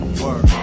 work